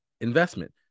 investment